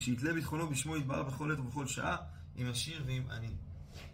שיתלה בטחונו בשמו יתברך בכל עת ובכל שעה, אם עשיר ואם עני.